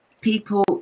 people